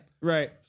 right